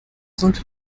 sollte